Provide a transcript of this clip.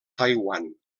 taiwan